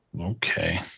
Okay